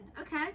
okay